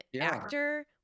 actor